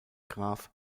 graf